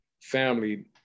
family